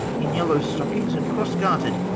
in yellow stockings, and cross-garter'd,